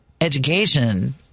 education